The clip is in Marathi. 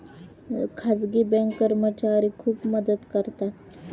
खाजगी बँक कर्मचारी खूप मदत करतात